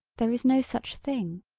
there is no such thing.